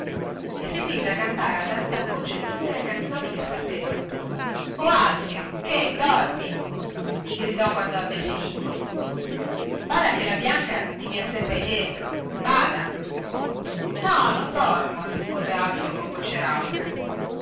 e si mise a cantare ad alta voce tutte le canzoni che sapeva o alfio che dormi gli gridò quando ebbe finito bada che la bianca ti vien sempre dietro bada no non dormo rispose alfio con voce rauca